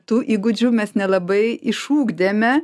tų įgūdžių mes nelabai išugdėme